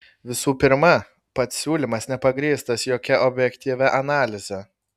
visų pirma pats siūlymas nepagrįstas jokia objektyvia analize